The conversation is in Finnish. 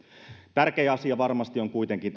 tärkeä asia varmasti ovat kuitenkin